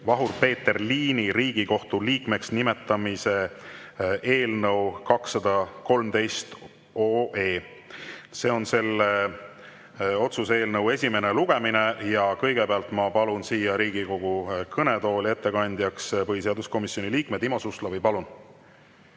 "Vahur-Peeter Liini Riigikohtu liikmeks nimetamine" eelnõu 213. See on selle otsuse eelnõu esimene lugemine. Kõigepealt ma palun siia Riigikogu kõnetooli ettekandjaks põhiseaduskomisjoni liikme Timo Suslovi.